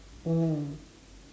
mm